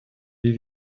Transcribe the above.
des